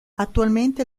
attualmente